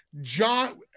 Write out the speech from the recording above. John